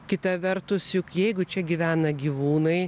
kita vertus juk jeigu čia gyvena gyvūnai